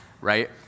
Right